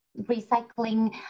recycling